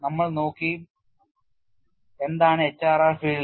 നമ്മൾ നോക്കി എന്താണ് HRR ഫീൽഡ്